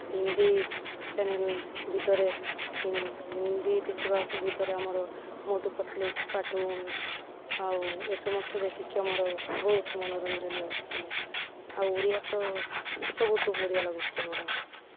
Hindi channel ଭିତରେ ହିନ୍ଦୀ ଦେଖିବା ଭିତରେ ଆମର ମୋଟୁ ପତଲୁ କାର୍ଟୁନ୍ ଆଉ ଏ ସମସ୍ତ ଦେଖିକି ଆମର ବହୁତ ମନୋରଞ୍ଜନ ହେଉଛି ଆଉ ଓଡ଼ିଆ ତ ସବୁଠୁ ଓଡ଼ିଆ ଲାଗୁଛି ଆମର